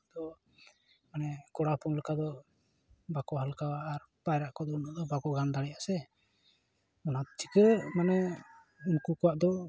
ᱢᱟᱱᱮ ᱠᱚᱲᱟ ᱦᱚᱯᱚᱱ ᱞᱮᱠᱟᱫᱚ ᱵᱟᱠᱚ ᱦᱟᱞᱠᱟᱣᱟ ᱟᱨ ᱯᱟᱭᱨᱟᱜ ᱠᱚᱫᱚ ᱩᱱᱟᱹᱜ ᱫᱚ ᱵᱟᱠᱚ ᱜᱟᱱ ᱫᱟᱲᱮᱭᱟᱜᱼᱟ ᱥᱮ ᱚᱱᱟ ᱪᱤᱠᱟᱹ ᱢᱟᱱᱮ ᱩᱱᱠᱩ ᱠᱚᱣᱟᱜ ᱫᱚ